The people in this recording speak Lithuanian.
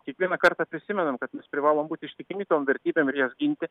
kiekvieną kartą prisimenam kad mes privalom būti ištikimi tom vertybėm ir jas ginti